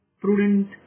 prudent